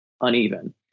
uneven